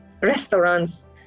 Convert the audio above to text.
restaurants